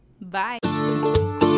Bye